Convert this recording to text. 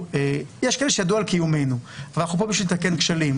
יש כאלה שידעו על קיומנו אבל אנחנו פה בשביל לתקן כשלים,